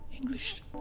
English